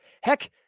Heck